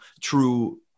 true